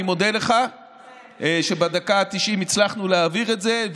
אני מודה לך שבדקה ה-90 הצלחנו להעביר את זה,